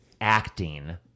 acting